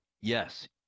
Yes